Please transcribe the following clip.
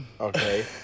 Okay